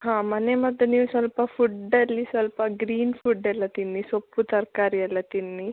ಹಾ ಮನೆಮದ್ದು ನೀವು ಸ್ವಲ್ಪ ಫುಡ್ಡಲ್ಲಿ ಸ್ವಲ್ಪ ಗ್ರೀನ್ ಫುಡ್ ಎಲ್ಲ ತಿನ್ನಿ ಸೊಪ್ಪು ತರಕಾರಿ ಎಲ್ಲ ತಿನ್ನಿ